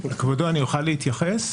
כבודו, אני אוכל להתייחס?